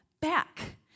back